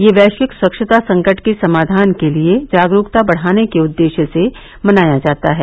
यह वैश्विक स्वच्छता संकट के समाधान के लिए जागरूकता बढ़ाने के उद्देश्य से मनाया जाता है